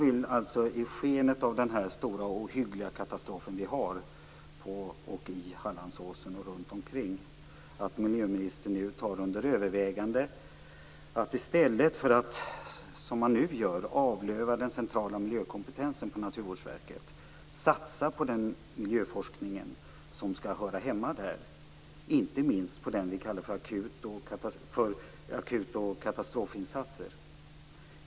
I skenet av den ohyggliga katastrofen på, i och runt omkring Hallandsåsen vill jag att miljöministern gör några överväganden. I stället för att som nu avlöva den centrala miljökompetensen på Naturvårdsverket borde man satsa på den miljöforskning som hör hemma där, inte minst på akuta katastrofinsatser.